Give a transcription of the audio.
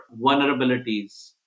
vulnerabilities